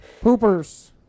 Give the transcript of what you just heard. poopers